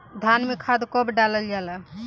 धान में खाद कब डालल जाला?